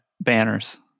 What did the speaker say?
banners